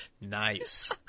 Nice